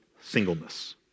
singleness